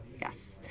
yes